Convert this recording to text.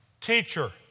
Teacher